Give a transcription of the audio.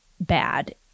bad